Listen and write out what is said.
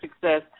success